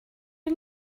you